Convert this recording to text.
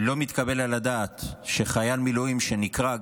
לא מתקבל על הדעת שחייל מילואים שנקרא,